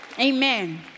Amen